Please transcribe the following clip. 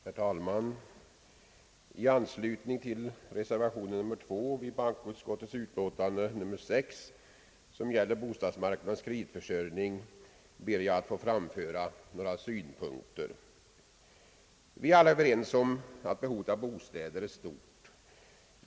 Herr talman! I anslutning till reservation nr 2 vid bankoutskottets utlåtande nr 6, som gäller bostadsmarknadens kreditförsörjning, ber jag att få framföra några synpunkter. Vi är alla överens om att behovet av bostäder är stort.